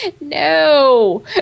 no